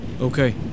Okay